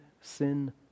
sin